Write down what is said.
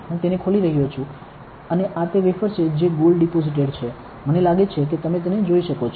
હું તેને ખોલી રહ્યો છું અને આ તે વેફર છે જે ગોલ્ડ ડિપોસિટેડ છે મને લાગે છે કે તમે તેને જોઈ શકો છો